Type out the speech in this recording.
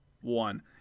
one